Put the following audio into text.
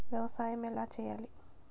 వ్యవసాయం ఎలా చేయాలి?